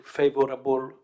favorable